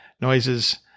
noises